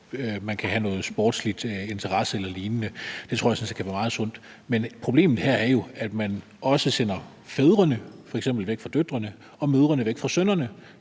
man kan have en sportslig interesse eller lignende. Det tror jeg sådan set kan være meget sundt. Men problemet her er jo, at man også sender fædrene væk fra døtrene og mødrene væk fra sønnerne